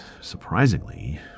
surprisingly